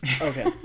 okay